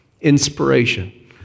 Inspiration